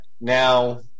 now